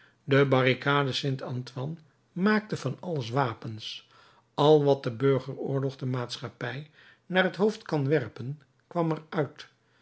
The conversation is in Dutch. de barricade st antoine maakte van alles wapens al wat de burgeroorlog de maatschappij naar het hoofd kan werpen kwam er uit